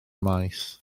maes